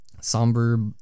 somber